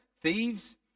thieves